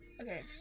Okay